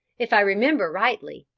if i remember rightly,